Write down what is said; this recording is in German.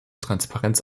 transparenz